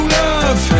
love